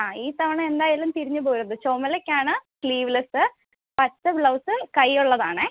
ആ ഈ തവണ എന്തായാലും തിരിഞ്ഞ് പോവരുത് ചുമലക്കാണ് സ്ലീവ്ലെസ്സ് പച്ച ബ്ലൗസ് കയ്യുള്ളതാണേ